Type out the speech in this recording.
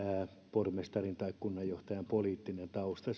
pormestarin tai kunnanjohtajan poliittinen tausta